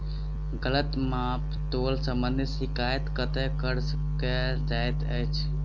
गलत माप तोल संबंधी शिकायत कतह दर्ज कैल जाइत अछि?